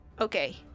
Okay